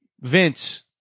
Vince